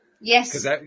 Yes